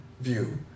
view